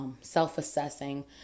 self-assessing